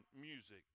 music